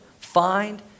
find